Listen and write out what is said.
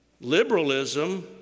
Liberalism